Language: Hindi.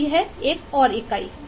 तो यह एक और इकाई है